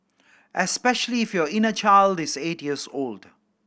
especially if your inner child is eight years old